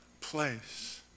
place